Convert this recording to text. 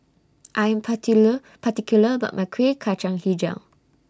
I Am particular about My Kueh Kacang Hijau